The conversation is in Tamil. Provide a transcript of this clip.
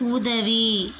உதவி